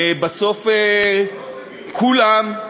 בסוף כולם,